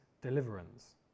deliverance